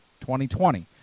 2020